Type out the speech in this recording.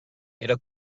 era